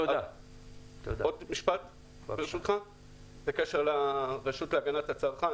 לגבי הרשות להגנת הצרכן